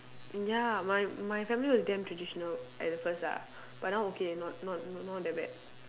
ya my my family was damn traditional at the first ah but now okay not not not that bad